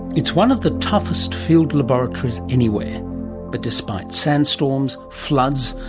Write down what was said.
it's one of the toughest field laboratories anywhere but despite sand storms, floods,